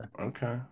okay